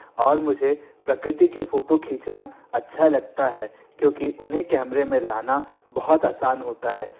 और मुझे प्रकृति के फ़ोटो खींचना अच्छा लगता है क्योंकि उन्हें कैमरे में लाना बहुत आसान होता है